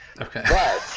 Okay